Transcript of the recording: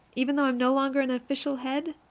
even though i'm no longer an official head?